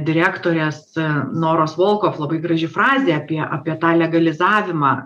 direktorės noros volkov labai graži frazė apie apie tą legalizavimą